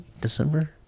December